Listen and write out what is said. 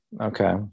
okay